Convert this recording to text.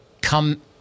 come